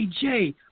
Jay